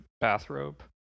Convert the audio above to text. bathrobe